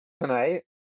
Tonight